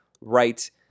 right